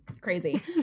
Crazy